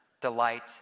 delight